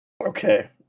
Okay